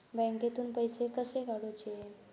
बँकेतून पैसे कसे काढूचे?